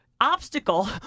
obstacle